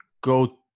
go